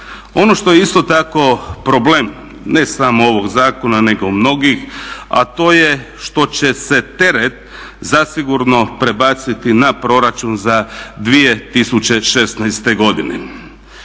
Ono što je isto tako problem, ne samo ovog zakona nego mnogih, a to je što će se teret zasigurno prebaciti na proračun za 2016. godinu.